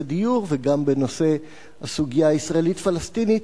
דיור וגם בנושא הסוגיה הישראלית פלסטינית.